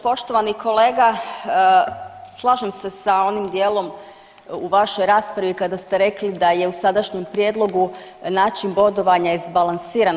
Poštovani kolega slažem se sa onim dijelom u vašoj raspravi kada ste rekli da je u sadašnjem prijedlogu način bodovanja izbalansiran.